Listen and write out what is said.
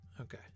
Okay